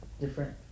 different